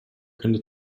kunde